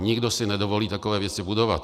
Nikdo si nedovolí takové věci budovat.